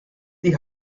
die